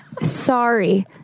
sorry